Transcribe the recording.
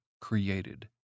created